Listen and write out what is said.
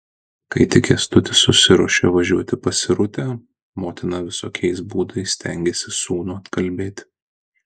kai tik kęstutis susiruošė važiuoti pas irutę motina visokiais būdais stengėsi sūnų atkalbėti